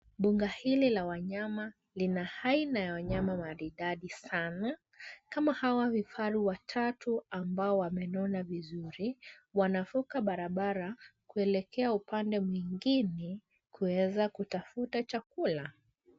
Mbuga hili la wanyama lina aina ya wanyama maridadi sana. Kama hawa vifaru watatu ambao wamenona vizuri wanavuka barabara kuelekea upande mwingine kuweza kutafuta chakula .